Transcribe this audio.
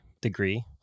degree